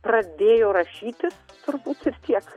pradėjo rašytis tubūt ir tiek